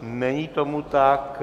Není tomu tak.